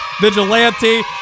vigilante